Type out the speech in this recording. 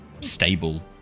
stable